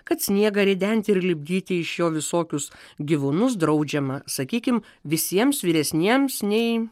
kad sniegą ridenti ir lipdyti iš jo visokius gyvūnus draudžiama sakykim visiems vyresniems nei